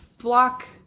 block